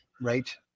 right